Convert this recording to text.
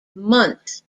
months